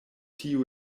tiu